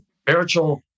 spiritual